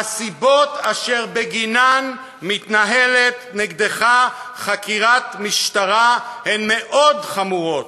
הסיבות אשר בגינן מתנהלת נגדך חקירת משטרה הן מאוד חמורות.